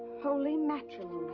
holy matrimony.